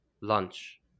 lunch